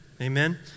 Amen